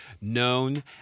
known